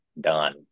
done